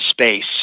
space